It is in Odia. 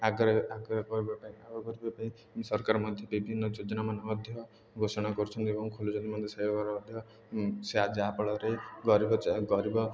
ଆଗରେ କରିବା ପାଇଁ ଆଗ ପର୍ବ ପାଇଁ ସରକାର ମଧ୍ୟ ବିଭିନ୍ନ ଯୋଜନାମାନେ ମଧ୍ୟ ଘୋଷଣା କରୁଛନ୍ତି ଏବଂ ଖୋଲୁଛନ୍ତି ମନ୍ଦିର ସାହିବର ମଧ୍ୟ ସେ ଯାହାଫଳରେ ଗରିବ ଗରିବ